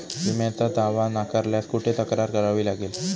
विम्याचा दावा नाकारल्यास कुठे तक्रार करावी लागेल?